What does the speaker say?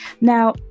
Now